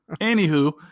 Anywho